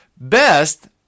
Best